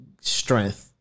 strength